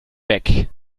weg